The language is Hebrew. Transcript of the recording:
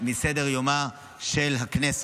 מסדר-יומה של הכנסת.